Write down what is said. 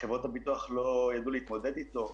שחברות הביטוח לא ידעו להתמודד אתו.